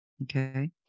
Okay